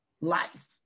life